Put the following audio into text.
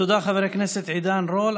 תודה, חבר הכנסת עידן רול.